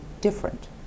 different